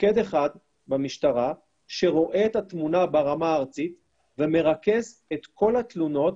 מוקד אחד במשטרה שרואה את התמונה ברמה הארצית ומרכז את כל התלונות